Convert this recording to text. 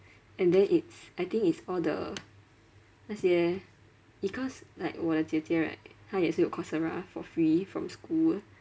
and then it's I think it's all the 那些 because like 我的姐姐 right 她也是有 coursera for free from school